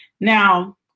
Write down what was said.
Now